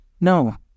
No